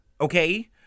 okay